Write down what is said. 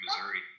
Missouri